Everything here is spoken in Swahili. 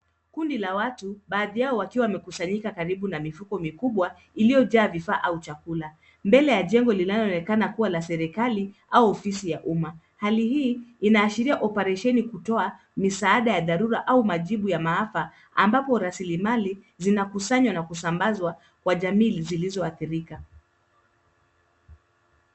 Kundi la watu, baadhi yao wakiwa wamekusanyika karibu na mifuko mikubwa, iliyojaa vifaa au chakula, mbele ya jengo linaloonekana kuwa la serikali au ofisi ya umma. Hali hii inaashiria oparesheni kutoa misaada ya dharura au majibu ya maafa, ambapo rasilimali zinakusanywa na kusambazwa kwa jamii zilizoadhirika.